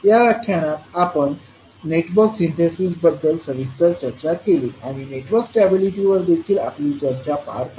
या व्याख्यान आपण नेटवर्क सिंथेसिसबद्दल सविस्तर चर्चा केली आणि नेटवर्क स्टॅबिलिटीवर देखील आपली चर्चा पार पाडली